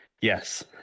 Yes